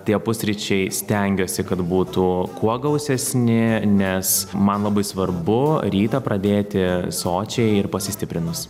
tie pusryčiai stengiuosi kad būtų kuo gausesni nes man labai svarbu rytą pradėti sočiai ir pasistiprinus